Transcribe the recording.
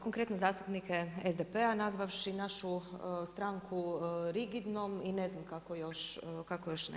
Konkretno zastupnike SDP-a nazvavši našu stranku rigidnom i ne znam kako još ne.